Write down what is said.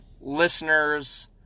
listeners